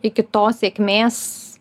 iki tos sėkmės